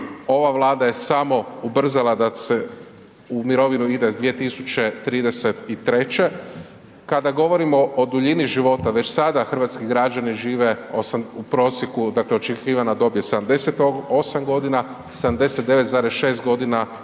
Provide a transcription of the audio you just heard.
ova Vlada je samo ubrzala da se u mirovinu ide s 2033. Kada govorimo o duljini života već sada hrvatski građani žive u prosjeku, dakle očekivana dob je 78 godina, 79,6 godina